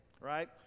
right